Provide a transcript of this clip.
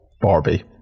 Barbie